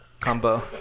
combo